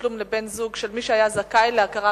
תשלום לבן-זוג של מי שהיה זכאי להכרה